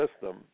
system